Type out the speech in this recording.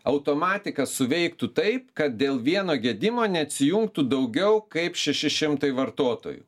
automatika suveiktų taip kad dėl vieno gedimo neatsijungtų daugiau kaip šeši šimtai vartotojų